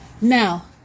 Now